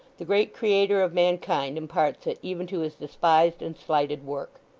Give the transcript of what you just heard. the great creator of mankind imparts it even to his despised and slighted work.